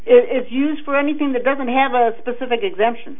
if used for anything that doesn't have a specific exemption